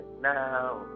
now